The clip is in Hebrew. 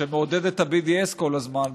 שמעודד את ה-BDS כל הזמן במעשיו,